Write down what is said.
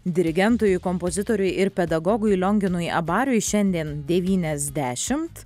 dirigentui kompozitoriui ir pedagogui lionginui abariui šiandien devyniasdešimt